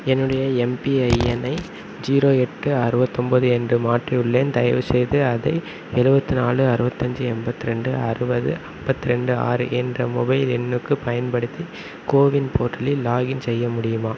என்னுடைய எம்பிஐஎன் ஐ ஜீரோ எட்டு அறுபத்தொம்பது என்று மாற்றியுள்ளேன் தயவுசெய்து அதை எழுபத்து நாலு அறுபத்தஞ்சி எண்பத்திரெண்டு அறுபது முப்பத்திரெண்டு ஆறு என்ற மொபைல் எண்ணுக்குப் பயன்படுத்தி கோவின் போர்ட்டலில் லாகின் செய்ய முடியுமா